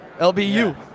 LBU